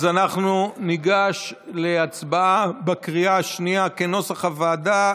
אנחנו ניגש להצבעה כנוסח הוועדה,